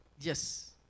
Yes